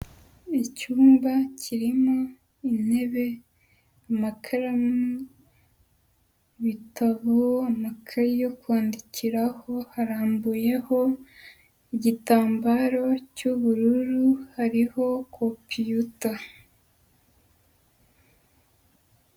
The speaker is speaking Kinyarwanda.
Icyumba kirimo intebe, amakaramu, ibitabo amakayi yo kwandikiraho, harambuyeho igitambaro cy'ubururu, hariho compiyuta.